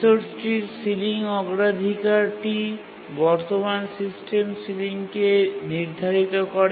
রিসোর্সটির ceiling অগ্রাধিকারটি বর্তমান system সিলিংকে নির্ধারিত করে